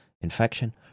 infection